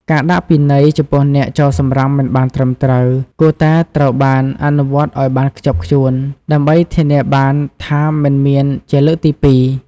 ការដាក់ពិន័យចំពោះអ្នកចោលសំរាមមិនបានត្រឹមត្រូវ គួរតែត្រូវបានអនុវត្តឲ្យបានខ្ជាប់ខ្ជួន ដើម្បីធានាបានថាមិនមានជាលើកទីពីរ។